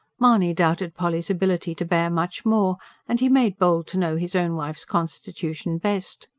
mahony doubted polly's ability to bear much more and he made bold to know his own wife's constitution best.